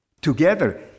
together